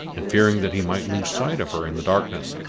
and fearing that he might lose sight of her in the darkness,